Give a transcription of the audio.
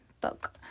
book